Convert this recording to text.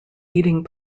leading